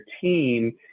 team